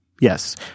Yes